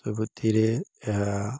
ସବୁଥିରେ ଏହା